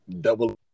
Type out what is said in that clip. Double